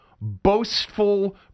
boastful